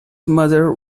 mother